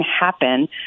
happen